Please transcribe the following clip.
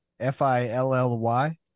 F-I-L-L-Y